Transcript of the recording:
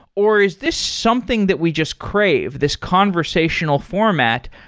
or is this something that we just crave, this conversational format?